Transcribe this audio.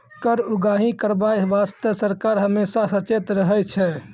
कर उगाही करबाय बासतें सरकार हमेसा सचेत रहै छै